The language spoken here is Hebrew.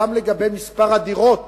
גם לגבי מספר הדירות